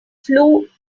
flew